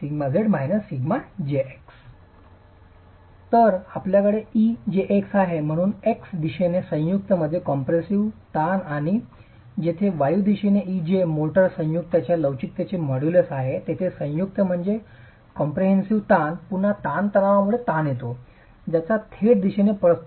σjx ⎤⎦ j तर आपल्याकडे εjx आहे म्हणून एक्स दिशेने संयुक्त मध्ये कॉम्प्रेसिव्ह ताण आणि जेथे वायु दिशेने Ej मोर्टार संयुक्तच्या लवचिकतेचे मॉड्यूलस आहे तेथे संयुक्त मध्ये कॉम्पॅरेसीव्ह ताण पुन्हा ताणतणावामुळे ताण येतो ज्याचा थेट दिशेने परस्पर संबंध आहे